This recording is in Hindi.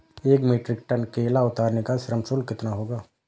एक मीट्रिक टन केला उतारने का श्रम शुल्क कितना होगा?